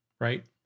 right